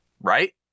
Right